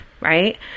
right